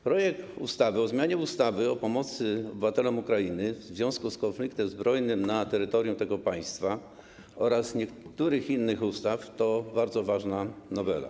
Projekt ustawy o zmianie ustawy o pomocy obywatelom Ukrainy w związku z konfliktem zbrojnym na terytorium tego państwa oraz niektórych innych ustaw to bardzo ważna nowela.